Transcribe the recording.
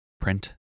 Print